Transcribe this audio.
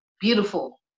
Beautiful